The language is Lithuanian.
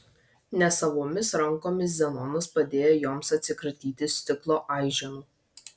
nesavomis rankomis zenonas padėjo joms atsikratyti stiklo aiženų